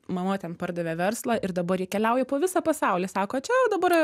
mama ten pardavė verslą ir dabar ji keliauja po visą pasaulį sako čia o dabar